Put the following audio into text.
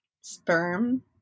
Sperm